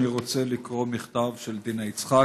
אני רוצה לקרוא מכתב של דינה יצחק,